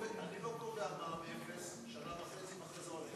אני לא קובע מע"מ אפס שנה וחצי ואחרי זה הולך.